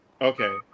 Okay